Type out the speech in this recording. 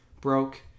broke